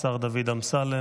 השר דוד אמסלם,